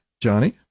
Johnny